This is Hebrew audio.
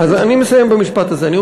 בבקשה.